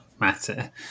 matter